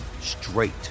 straight